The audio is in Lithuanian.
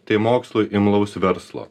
tai mokslui imlaus verslo